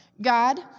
God